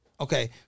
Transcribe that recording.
Okay